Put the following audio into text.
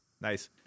Nice